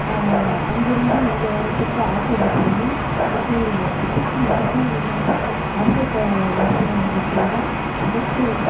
அங்கிருந்து இங்கே வரதுக்கு ஆட்டோ வசதியும் கிருஷ்ணகிரி மாவட்டத்திற்கு நம்ம கிருஷ்ணகிரிலிருந்து அரசு ப மருத்துவமனைக்கு செல்ல அனைத்து